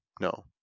No